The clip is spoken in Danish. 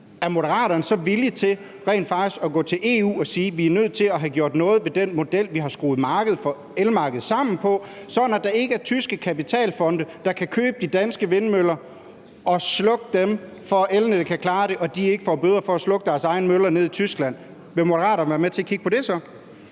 Er Moderaterne så villige til rent faktisk at gå til EU og sige, at vi er nødt til at få gjort noget ved den måde, vi har skruet elmarkedet sammen på, sådan at der ikke er tyske kapitalfonde, der kan købe de danske vindmøller og slukke for dem, for at elnettet kan klare det og de ikke får bøder for at slukke for deres egne møller nede i Tyskland? Vil Moderaterne så være med til at kigge på det?